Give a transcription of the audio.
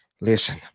listen